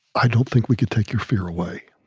i don't think we could take your fear away.